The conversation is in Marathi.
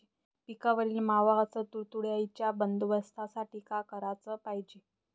पिकावरील मावा अस तुडतुड्याइच्या बंदोबस्तासाठी का कराच पायजे?